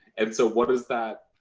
and so, what is that